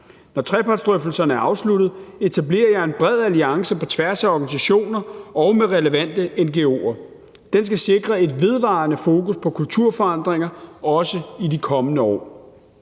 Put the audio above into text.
Når trepartsdrøftelserne er afsluttet, etablerer jeg en bred alliance på tværs af organisationer og med relevante ngo'er. Den skal sikre et vedvarende fokus på kulturforandringer også i de kommende år.